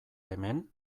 hemen